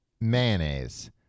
mayonnaise